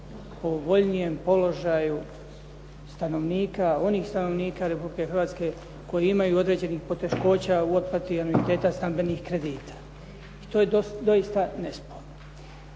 povoljnijem položaju stanovnika, onih stanovnika Republike Hrvatske koji imaju određenih poteškoća u otplati anuiteta stambenih kredita, i to je doista nesporno.